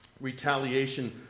retaliation